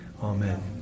Amen